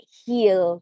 heal